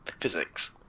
physics